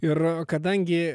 ir kadangi